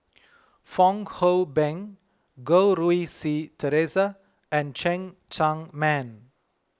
Fong Hoe Beng Goh Rui Si theresa and Cheng Tsang Man